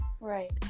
Right